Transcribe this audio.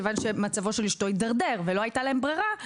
כיוון שהמצב של אשתו הידרדר ולא הייתה להם ברירה,